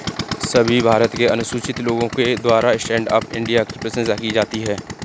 सभी भारत के अनुसूचित लोगों के द्वारा स्टैण्ड अप इंडिया की प्रशंसा की जाती है